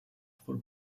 for